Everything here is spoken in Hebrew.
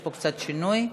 יש פה קצת שינוי,